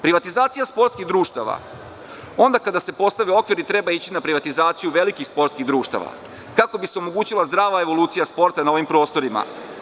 Privatizacija sportskih društava, onda kada se postave okviri treba ići na privatizaciju velikih sportskih društava, kako bi se omogućila zdrava evolucija sporta na ovim prostorima.